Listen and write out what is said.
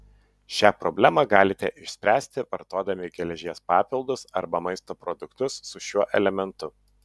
šią problemą galite išspręsti vartodami geležies papildus arba maisto produktus su šiuo elementu